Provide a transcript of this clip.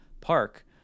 park